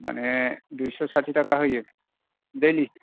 माने दुयस' साथि थाखा होयो दैलि